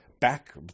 back